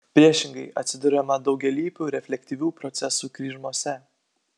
priešingai atsiduriama daugialypių reflektyvių procesų kryžmose